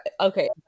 okay